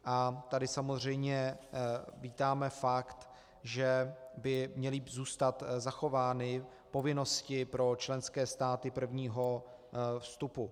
A tady samozřejmě vítáme fakt, že by měly zůstat zachovány povinnosti pro členské státy prvního vstupu.